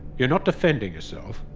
you're not defending yourself.